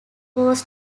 was